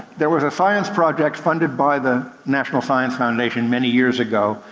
there was a science project funded by the national science foundation many years ago,